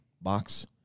box